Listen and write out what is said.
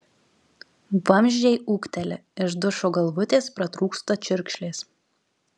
vamzdžiai ūkteli iš dušo galvutės pratrūksta čiurkšlės